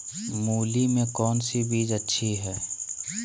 मूली में कौन सी बीज अच्छी है?